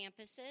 campuses